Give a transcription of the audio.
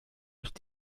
ist